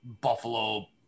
Buffalo